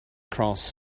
cross